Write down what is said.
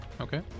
Okay